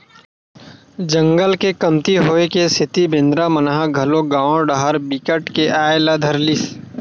जंगल के कमती होए के सेती बेंदरा मन ह घलोक गाँव डाहर बिकट के आये ल धर लिस